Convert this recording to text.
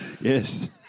Yes